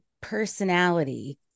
personality